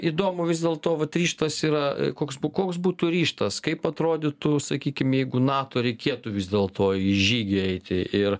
įdomu vis dėlto vat ryžtas yra koks koks būtų ryžtas kaip atrodytų sakykim jeigu nato reikėtų vis dėlto į žygį eiti ir